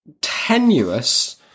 Tenuous